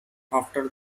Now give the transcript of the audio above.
after